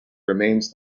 remains